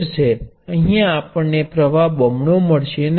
અહીંયા આપણને પ્ર્વાહ બમણો મળશે નહીં